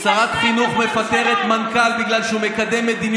אני מבקש שתיתן לי זמן, הם מפריעים לי לדבר.